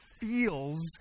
feels